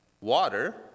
water